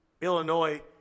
Illinois